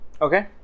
Okay